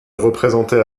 représentait